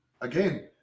Again